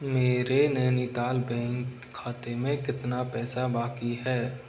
मेरे नैनीताल बैंक खाते में कितना पैसा बाक़ी है